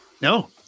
No